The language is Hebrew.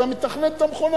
אתה מתכנת את המכונה,